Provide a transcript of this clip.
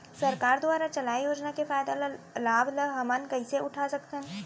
सरकार दुवारा चलाये योजना के फायदा ल लाभ ल हमन कइसे उठा सकथन?